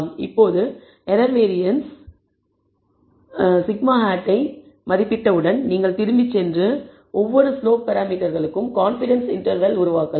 இப்போது error variance σ ஹாட்டை மதிப்பிட்டவுடன் நீங்கள் திரும்பிச் சென்று ஒவ்வொரு ஸ்லோப் பராமீட்டர்களுக்கும் கான்ஃபிடன்ஸ் இன்டர்வல்களை உருவாக்கலாம்